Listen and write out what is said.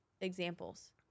examples